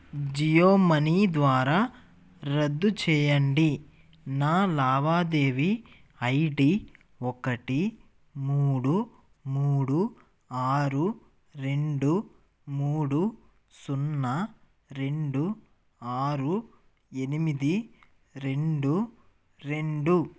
జియోమనీ ద్వారా రద్దు చెయ్యండి నా లావాదేవీ ఐడి ఒకటి మూడు మూడు ఆరు రెండు మూడు సున్నా రెండు ఆరు ఎనిమిది రెండు రెండు